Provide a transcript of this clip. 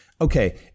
Okay